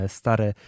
stare